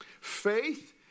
Faith